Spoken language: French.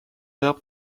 verbe